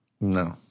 No